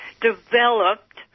developed